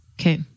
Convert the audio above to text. Okay